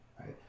right